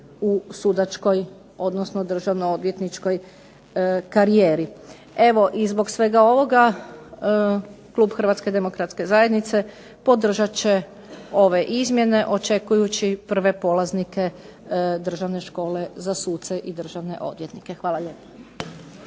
u sudačkoj odnosno državno odvjetničkoj karijeri. Evo i zbog svega ovoga klub Hrvatske demokratske zajednice podržat će ove izmjene, očekujući prve polaznike Državne škole za suce i državne odvjetnika. Hvala lijepo.